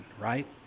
right